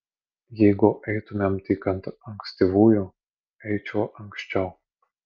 jeigu eitumėm tik ant ankstyvųjų eičiau anksčiau